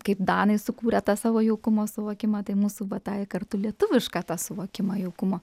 kaip danai sukūrė tą savo jaukumo suvokimą tai mūsų va tą ir kartu lietuvišką tą suvokimą jaukumo